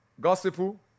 Gospel